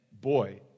boy